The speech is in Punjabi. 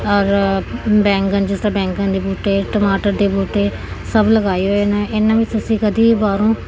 ਔਰ ਬੈਂਗਣ ਜਿਸ ਤਰ੍ਹਾਂ ਬੈਂਗਣ ਦੇ ਬੂਟੇ ਟਮਾਟਰ ਦੇ ਬੂਟੇ ਸਭ ਲਗਾਏ ਹੋਏ ਨੇ ਇਹਨਾਂ ਵੀ ਤੁਸੀਂ ਕਦੀ ਵੀ ਬਾਹਰੋਂ